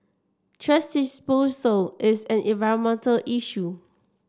thrash disposal is an environmental issue